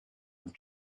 and